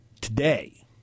today